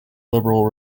liberal